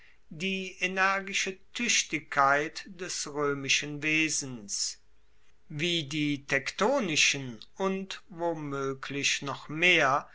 die energische tuechtigkeit des roemischen wesens wie die tektonischen und womoeglich noch mehr